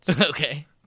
Okay